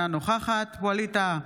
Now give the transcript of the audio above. אינה נוכחת ווליד טאהא,